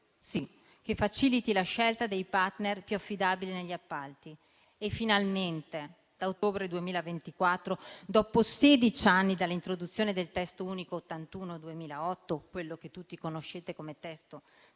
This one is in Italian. che faciliti la scelta dei *partner* più affidabili negli appalti. Finalmente, da ottobre 2024, dopo sedici anni dall'introduzione del testo unico n. 81 del 2008, quello che tutti conoscete come testo